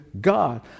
God